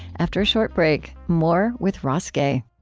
after a short break, more with ross gay